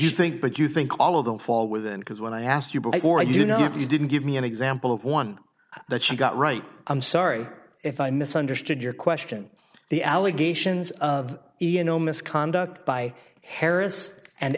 you think that you think all of them fall with and because when i asked you before you know if you didn't give me an example of one that she got right i'm sorry if i misunderstood your question the allegations of no misconduct by harris and